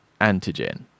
antigen